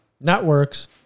Networks